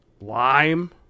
Lime